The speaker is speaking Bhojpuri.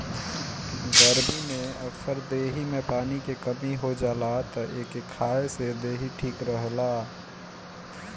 गरमी में अक्सर देहि में पानी के कमी हो जाला तअ एके खाए से देहि ठीक रहेला